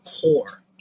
core